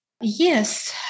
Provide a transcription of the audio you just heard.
Yes